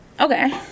Okay